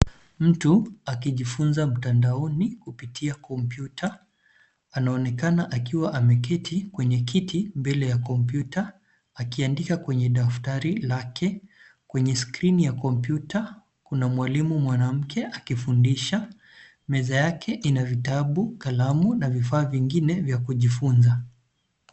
Mtu akijifunza mtandaoni kupitia kompyuta. Anaonekana akiwa ameketi kwenye kiti mbele ya kompyuta akiandika kwenye daftari lake. Kwenye skrini ya kompyuta kuna mwalimu mwanamke akifundisha. Meza yake ina vitabu, kalamu na vifaa vingine vya kujifunza.